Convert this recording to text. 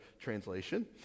translation